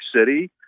City